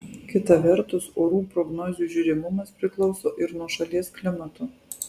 kita vertus orų prognozių žiūrimumas priklauso ir nuo šalies klimato